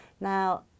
Now